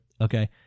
okay